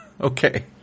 Okay